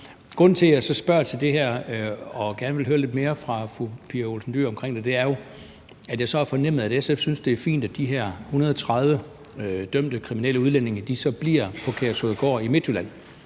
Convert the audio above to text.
Grunden til, at jeg så spørger til det her og gerne vil høre lidt mere fra fru Pia Olsen Dyhr om det, er jo, at jeg så har fornemmet, at SF synes, det er fint, at de her 130 dømte kriminelle udlændinge bliver på Kærshovedgård i Midtjylland.